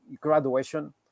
graduation